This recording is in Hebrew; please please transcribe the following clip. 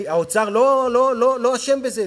האוצר לא אשם בזה?